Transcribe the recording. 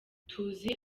tuzi